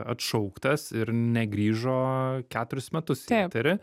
atšauktas ir negrįžo keturis metus turi